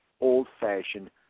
old-fashioned